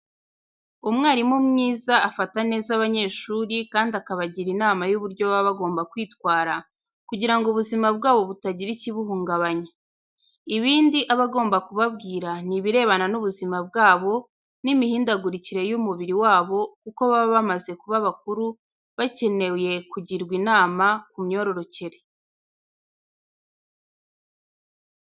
Umwarimu mwiza afata neza abanyeshuri kandi akabagira inama y'uburyo baba bagombwa kwitwara, kugira ngo ubuzima bwabo butagira ikibuhungabanya. Ibindi aba agomba kubabwira ni ibirebana n'ubuzima bwabo n'imihindagurikire y'umubiri wabo kuko baba bamaze kuba bakuru bakenewe kugirwa inama ku myororokere.